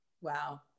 Wow